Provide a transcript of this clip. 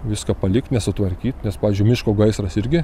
viską palikt nesutvarkyt nes pavyzdžiui miško gaisras irgi